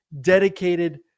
dedicated